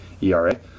ERA